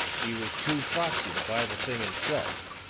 he was too foxy to buy the thing himself.